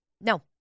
No